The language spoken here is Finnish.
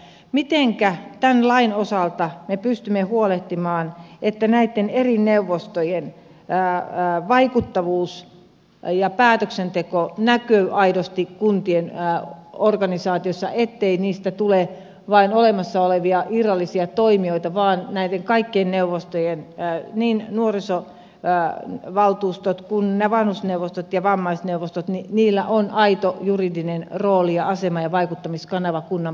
mitenkä tämän lain osalta me pystymme huolehtimaan että näitten eri neuvostojen vaikuttavuus ja päätöksenteko näkyy aidosti kuntien organisaatioissa ettei niistä tule vain olemassa olevia irrallisia toimijoita vaan näillä kaikilla neuvostoilla niin nuorisovaltuustoilla kuin näillä vanhusneuvostoilla ja vammaisneuvostoilla on aito juridinen rooli ja asema ja vaikuttamiskanava kunnan päätöksenteossa